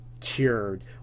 cured